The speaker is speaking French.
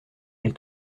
les